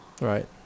Right